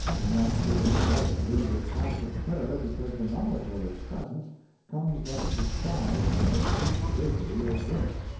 in that city death loses half its terror because the knowledge of its presence comes thus disguised in the sweet drapery of verse.